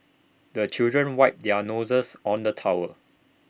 the children wipe their noses on the towel